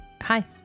hi